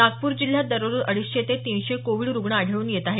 नागपूर जिल्ह्यात दररोज अडीचशे ते तीनशे कोविड रुग्ण आढळून येत आहेत